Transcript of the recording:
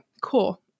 cool